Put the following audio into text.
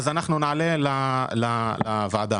נעלה לוועדה.